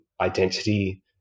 identity